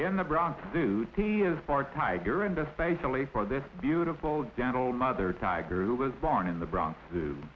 in the bronx duty as far tiger and especially for this beautiful dental mother tiger who was born in the bronx zoo